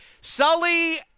Sully